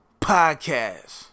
Podcast